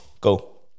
Go